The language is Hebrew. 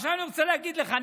עכשיו אני רוצה להגיד לך,